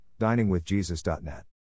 diningwithjesus.net